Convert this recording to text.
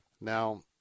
Now